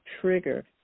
trigger